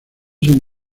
sin